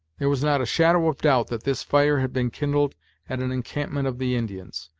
there was not a shadow of doubt that this fire had been kindled at an encampment of the indians.